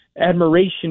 admiration